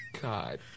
God